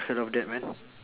heard of that man